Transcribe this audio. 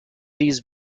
these